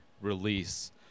release